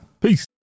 Peace